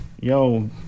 yo